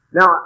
Now